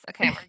Okay